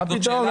מה פתאום?